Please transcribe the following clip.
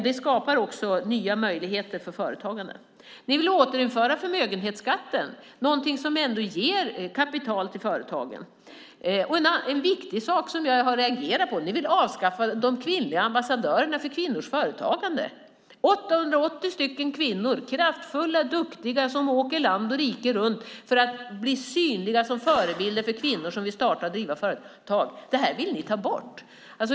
Detta skapar också nya möjligheter när det gäller företagandet. Ni vill återinföra förmögenhetsskatten och därmed avskaffa en möjlighet som ger kapital till företagen. En viktig sak som jag har reagerat på är att ni vill avskaffa de kvinnliga ambassadörerna för kvinnors företagande. Detta med 880 kraftfulla och duktiga kvinnor som åker land och rike runt för att bli synliga som förebilder för kvinnor som vill starta och driva företag vill ni ta bort.